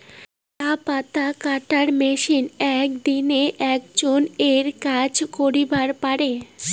চা পাতা কাটার মেশিন এক দিনে কতজন এর কাজ করিবার পারে?